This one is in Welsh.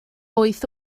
wyth